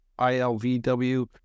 ILVW